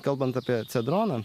kalbant apie cedroną